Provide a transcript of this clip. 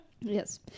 Yes